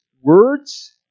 words